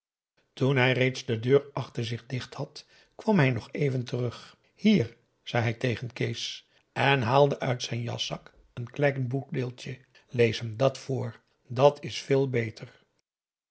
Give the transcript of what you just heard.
toen hij reeds de deur achter zich dicht had kwam hij nog even terug p a daum hoe hij raad van indië werd onder ps maurits hier zei hij tegen kees en haalde uit zijn jaszak een klein boekdeeltje lees hem dàt voor dat is veel beter